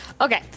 Okay